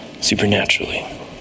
supernaturally